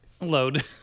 load